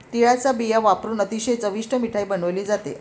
तिळाचा बिया वापरुन अतिशय चविष्ट मिठाई बनवली जाते